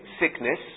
sickness